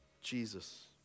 Jesus